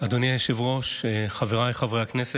אדוני היושב-ראש, חבריי חברי הכנסת,